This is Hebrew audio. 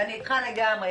ואני איתך לגמרי,